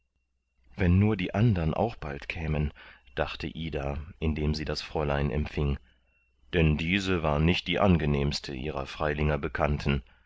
wenn nur die andern auch bald kämen dachte ida indem sie das fräulein empfing denn diese war nicht die angenehmste ihrer freilinger bekannten